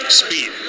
speed